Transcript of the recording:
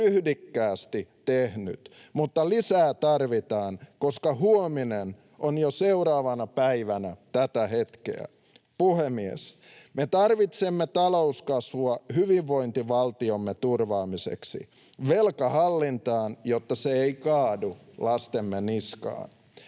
ryhdikkäästi tehnyt, mutta lisää tarvitaan, koska huominen on jo seuraavana päivänä tätä hetkeä. Puhemies! Me tarvitsemme talouskasvua hyvinvointivaltiomme turvaamiseksi. Velka hallintaan, jotta se ei kaadu lastemme niskaan.